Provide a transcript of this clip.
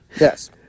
Yes